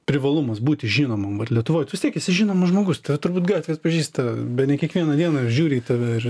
privalumas būti žinomam ar lietuvoj tu vis tiek esi žinomas žmogus tave turbūt gatvėj atpažįsta bene kiekvieną dieną žiūri į tave ir